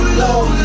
low